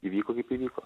įvyko kaip įvyko